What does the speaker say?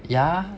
yeah